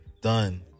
Done